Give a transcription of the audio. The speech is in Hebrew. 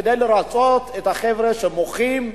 כדי לרצות את החבר'ה שמוחים.